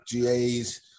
GAs